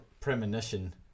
premonition